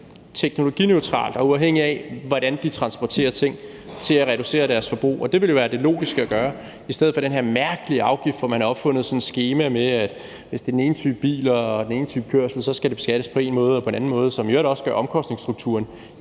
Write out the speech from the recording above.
teknologineutral måde, og uafhængigt af hvordan de transporterer ting, til at reducere deres forbrug. Det ville jo være det logiske at gøre i stedet for at indføre den her mærkelige afgift og opfinde sådan et skema, som siger, at hvis det er den ene type biler eller den anden type kørsel, skal det beskattes på den ene måde eller den anden måde. Det gør i øvrigt også omkostningsstrukturen